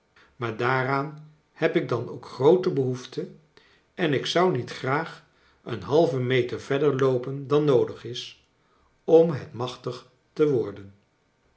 maar daaraan heb ik dan ook groote behoefte en ik zou niet graag een halven meter verder loopen dan noodig is om het machtig te worden